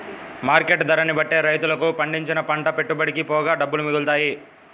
market ధరని బట్టే రైతులకు పండించిన పంట పెట్టుబడికి పోగా డబ్బులు మిగులుతాయి